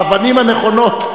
באבנים הנכונות.